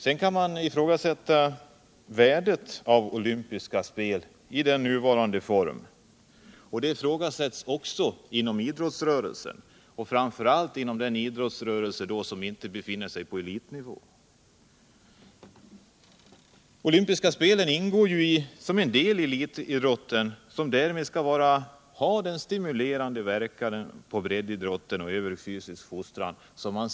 Man kan ifrågasätta värdet av olympiska spel i deras nuvarande form. Det ifrågasätts också inom idrottsrörelsen. framför allt inom den del som inte befinner sig på elitnivå. Olympiska spel ingår ju som en del i elitidrotten och skall därmed, sägs det. ha en stimulerande verkan på breddidrotten och på tysisk fostran.